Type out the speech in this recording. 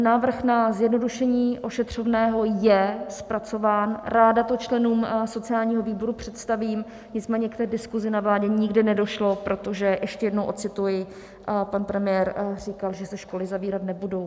Návrh na zjednodušení ošetřovného je zpracován, ráda to členům sociálního výboru představím, nicméně k té diskuzi na vládě nikdy nedošlo, protože ještě jednou ocituji, pan premiér říkal, že se školy zavírat nebudou.